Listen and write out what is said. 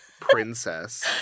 princess